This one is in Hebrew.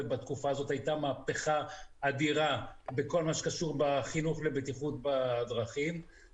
ובתקופה הזו הייתה מהפכה אדירה בכל מה שקשור בחינוך לבטיחות בדרכים,